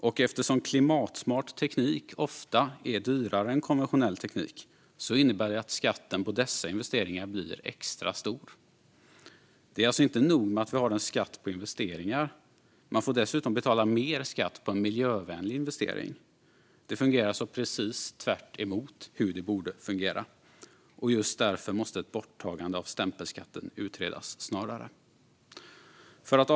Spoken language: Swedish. Och eftersom klimatsmart teknik ofta är dyrare än konventionell teknik innebär det att skatten på dessa investeringar blir extra stor. Det är alltså inte nog att vi har en skatt på investeringar; man får dessutom betala mer skatt på en mer miljövänlig investering. Det fungerar alltså precis tvärtemot hur det borde fungera. Just därför måste ett borttagande av stämpelskatten utredas snarast. Fru talman!